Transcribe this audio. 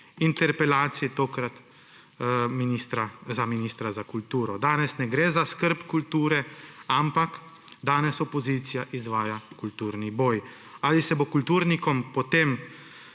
interpelaciji, tokrat za ministra za kulturo. Danes ne gre za skrb za kulturo, ampak danes opozicija izvaja kulturni boj. Ali se bo kulturnikom po tem